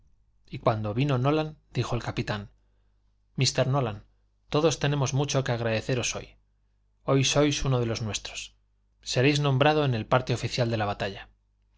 y cuando vino nolan dijo el capitán mr nolan todos tenemos mucho que agradeceros hoy hoy sois uno de los nuestros seréis nombrado en el parte oficial de la batalla